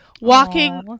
Walking